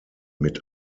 mit